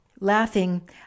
Laughing